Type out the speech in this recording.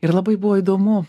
ir labai buvo įdomu